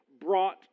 brought